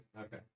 Okay